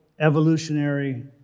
evolutionary